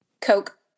Coke